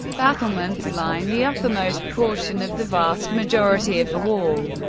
battlements line the uppermost portion of the vast majority of the wall,